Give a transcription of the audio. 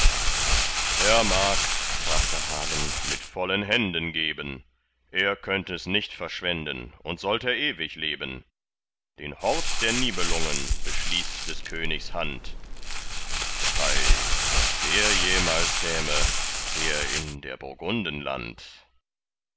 er mag sprach da hagen mit vollen händen geben er könnt es nicht verschwenden und sollt er ewig leben den hort der nibelungen beschließt des königs hand hei daß der jemals käme her in der burgunden land